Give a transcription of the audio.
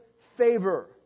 favor